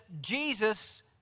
Jesus